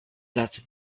that